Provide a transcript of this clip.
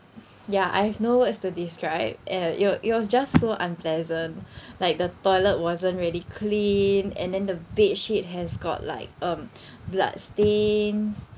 ya I have no words to describe and it was it was just so unpleasant like the toilet wasn't really clean and then the bedsheet has got like um bloodstains